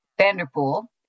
Vanderpool